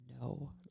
No